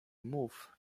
mów